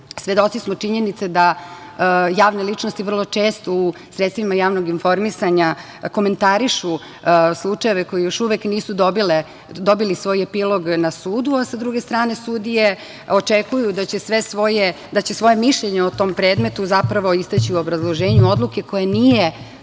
svedoci smo činjenice da javne ličnosti vrlo često u sredstvima javnog informisanja komentarišu slučajeve koji još uvek nisu dobili svoje epilog na sudu, a sa druge strane sudije očekuju da će svoje mišljenje o tom predmetu zapravo istaći u obrazloženju odluke koja nije